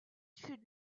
should